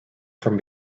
from